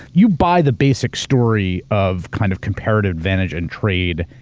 you buy the basic story of kind of comparative advantage and trade,